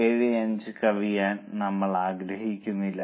875 കവിയാൻ നമ്മൾ ആഗ്രഹിക്കുന്നില്ല